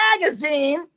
magazine